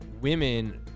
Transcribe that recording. women